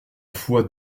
fois